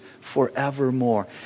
forevermore